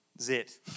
zit